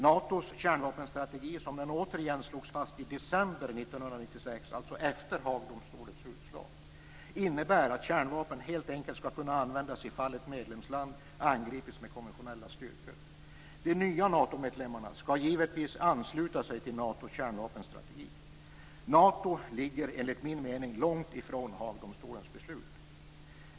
Natos kärnvapenstrategi, som den återigen slogs fast i december 1996, alltså efter Haagdomstolens utslag, innebär att kärnvapen helt enkelt skall kunna användas om ett medlemsland angripits med konventionella styrkor. De nya Natomedlemmarna skall givetvis ansluta sig till Natos kärnvapenstrategi. Nato ligger enligt min mening långt ifrån Haagdomstolens beslut.